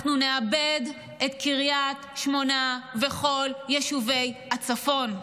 אנחנו נאבד את קריית שמונה ואת כל יישובי הצפון.